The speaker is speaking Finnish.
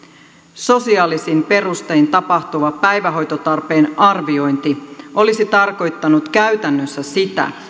sosiaalisiin perustein tapahtuva päivähoitotarpeen arviointi olisi tarkoittanut käytännössä sitä